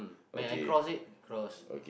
may I cross it cross